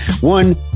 One